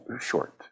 short